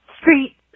street